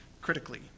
critically